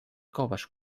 coves